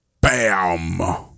Bam